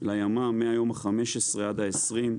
לימ"מ מהיום ה-15 עד ה-20,